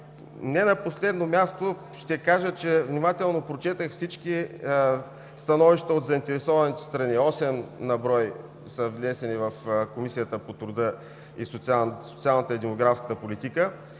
Не на последно място, внимателно прочетох всички становища от заинтересованите страни . Осем са внесени в Комисията по труда, социалната и демографската политика.